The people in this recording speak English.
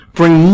bring